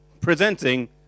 presenting